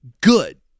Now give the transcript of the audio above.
good